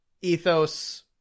ethos